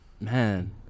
Man